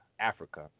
Africa